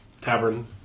tavern